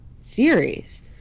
series